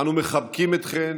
אנו מחבקים אתכן